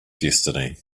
destiny